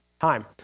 time